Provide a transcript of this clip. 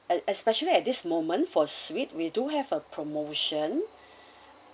esp~ especially at this moment for suite we do have a promotion